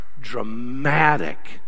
dramatic